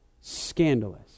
scandalous